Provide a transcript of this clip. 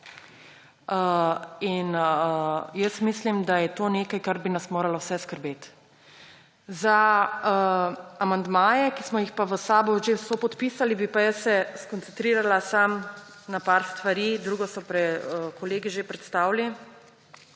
–, mislim, da je to nekaj, kar bi nas moralo vse skrbeti. Za amandmaje, ki smo jih pa v SAB včeraj sopodpisali, bi se pa skoncentrirala samo na par stvari, drugo so kolegi že predstavili,